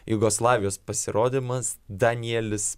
jugoslavijos pasirodymas danielis